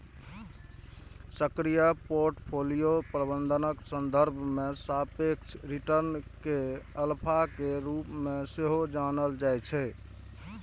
सक्रिय पोर्टफोलियो प्रबंधनक संदर्भ मे सापेक्ष रिटर्न कें अल्फा के रूप मे सेहो जानल जाइ छै